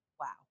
Wow